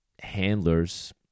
handlers